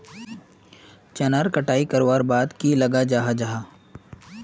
चनार कटाई करवार बाद की लगा जाहा जाहा?